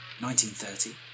1930